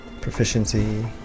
proficiency